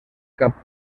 cap